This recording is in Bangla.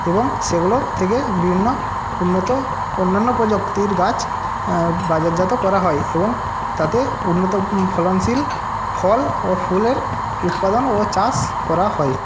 এবং সেগুলো থেকে বিভিন্ন উন্নত অন্যান্য প্রজাতির গাছ বাজারজাত করা হয় এবং তাতে উন্নত ফলনশীল ফল ও ফুলের উৎপাদন ও চাষ করা হয়